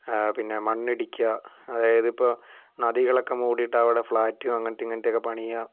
പിന്നെ മണ്ണിടിക്കുക അതായതിപ്പോൾ നദികളൊക്കെ മൂടിയിട്ട് അവിടെ ഫ്ലാറ്റും അങ്ങനെത്തെ ഇങ്ങനെത്തെ ഒക്കെ പണിയുക